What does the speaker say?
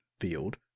field